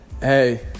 Hey